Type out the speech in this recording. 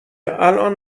الان